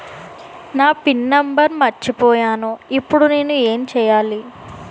నా PIN number మర్చిపోయాను ఇప్పుడు నేను ఎంచేయాలి?